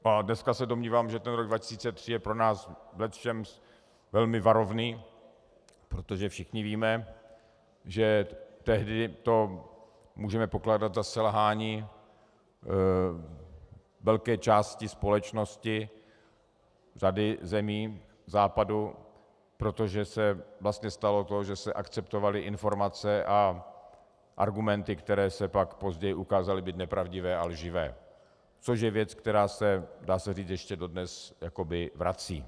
A dneska se domnívám, že ten rok 2003 je pro nás v lecčem velmi varovný, protože všichni víme, že tehdy to můžeme pokládat za selhání velké části společnosti řady zemí Západu, protože se vlastně stalo to, že se akceptovaly informace a argumenty, které se pak později ukázaly být nepravdivé a lživé, což je věc, která se, dá se říct, dodnes jakoby vrací.